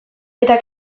eta